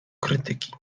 krytyki